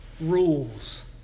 rules